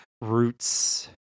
Roots